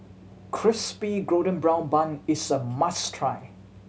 Crispy Golden Brown Bun is a must try